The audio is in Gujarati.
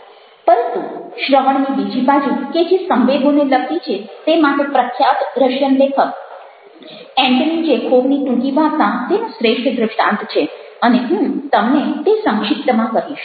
પરંતુ શ્રવણની બીજી બાજુ કે જે સંવેગોને લગતી છે તે માટે પ્રખ્યાત રશિયન લેખક એન્ટની ચેખોવની ટૂંકી વાર્તા તેનું શ્રેષ્ઠ દ્રષ્ટાન્ત છે અને હું તમને તે સંક્ષિપ્તમાં કહીશ